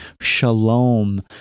shalom